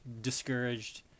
discouraged